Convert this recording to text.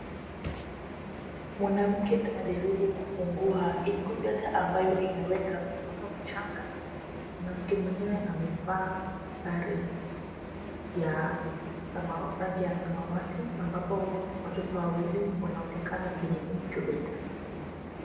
Mwanamke anajaribu kufungua incubator ambayo imeweka mtoto mchanga, Na mwanamke mwenyewe amevaa sare ya rangi ya samawati ambapo watoto wawili, wanaonekana kwenye incubator .